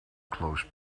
close